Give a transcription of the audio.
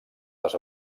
les